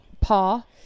paw